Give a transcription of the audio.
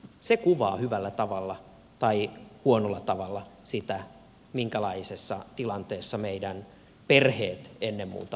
se kuvaa hyvällä tavalla tai huonolla tavalla sitä minkälaisessa tilanteessa meidän perheet ennen muuta ovat